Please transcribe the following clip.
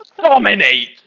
dominate